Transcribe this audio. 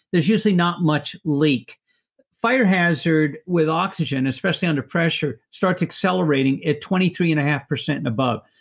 there's usually not much leak fire hazard with oxygen, especially under pressure starts accelerating at twenty three and a half percent above,